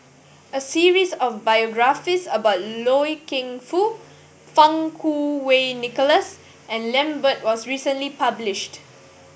a series of biographies about Loy Keng Foo Fang Kuo Wei Nicholas and Lambert was recently published